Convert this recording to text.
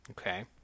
Okay